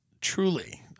truly